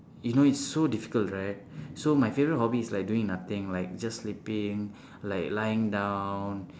you know it's so difficult right so my favourite hobby is like doing nothing like just sleeping like lying down